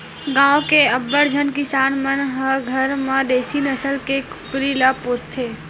गाँव के अब्बड़ झन किसान मन ह घर म देसी नसल के कुकरी ल पोसथे